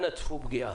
אנא צפו פגיעה.